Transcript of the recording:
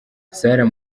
sarah